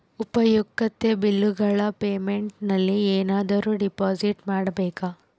ಉಪಯುಕ್ತತೆ ಬಿಲ್ಲುಗಳ ಪೇಮೆಂಟ್ ನಲ್ಲಿ ಏನಾದರೂ ಡಿಪಾಸಿಟ್ ಮಾಡಬೇಕಾ?